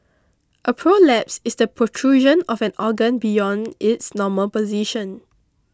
a prolapse is the protrusion of an organ beyond its normal position